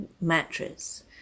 mattress